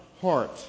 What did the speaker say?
heart